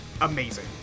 amazing